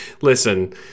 Listen